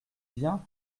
bien